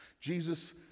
Jesus